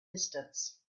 distance